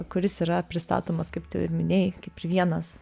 kuris yra pristatomas kaip tu ir minėjai kaip ir vienas